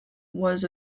was